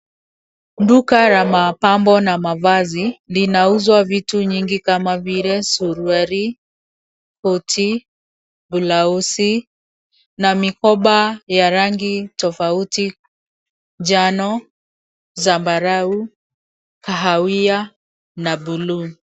Duka la mapambo na mavazi. Linauzwa vitu nyingi kama vile suruali, koti, blausi, na mikoba ya rangi tofauti, njano, zambarau, kahawia, na buluu.